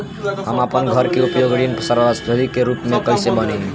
हम आपन घर के उपयोग ऋण संपार्श्विक के रूप में कइले बानी